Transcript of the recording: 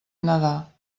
nedar